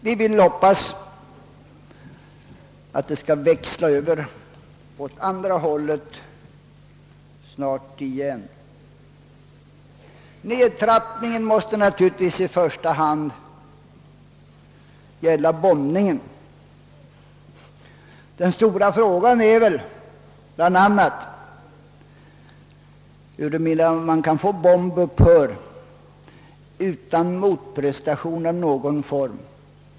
Vi hoppas att det snart skall växla över åt andra hållet igen. Nedtrappningen måste naturligtvis i första hand gälla bombningen. Den stora frågan är väl bl.a. huruvida man kan få »bombning upphör» utan motprestation av någon form.